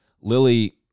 Lily